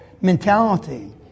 mentality